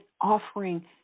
offering